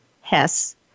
Hess